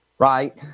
Right